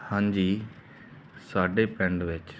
ਹਾਂਜੀ ਸਾਡੇ ਪਿੰਡ ਵਿੱਚ